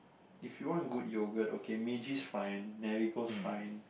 if you want a good yogurt okay Meiji's fine Marigold's fine